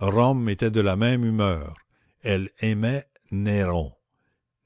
rome était de la même humeur elle aimait néron